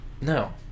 No